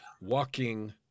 walking